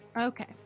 Okay